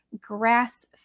grass